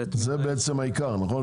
זה בעצם העיקר, נכון?